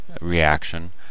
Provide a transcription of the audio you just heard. reaction